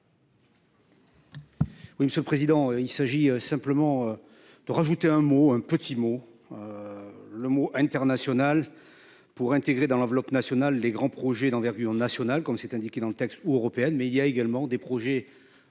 Oui, monsieur le président, il s'agit simplement. De rajouter un mot, un petit mot. Le mot international pour intégrer dans l'enveloppe nationale les grands projets d'envergure nationale, comme c'est indiqué dans le texte ou européenne, mais il y a également des projets